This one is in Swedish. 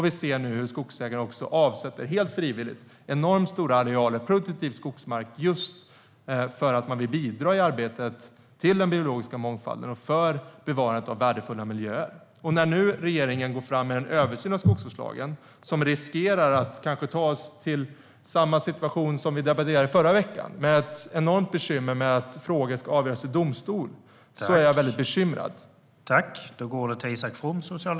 Vi ser nu hur skogsägare helt frivilligt avsätter enormt stora arealer produktiv skogsmark just för att man vill bidra i arbetet för den biologiska mångfalden och för bevarandet av värdefulla miljöer. När nu regeringen går fram med en översyn av skogsvårdslagen, som riskerar att ta oss till samma situation som vi debatterade förra veckan - alltså där frågor ska avgöras i domstol - är jag väldigt bekymrad.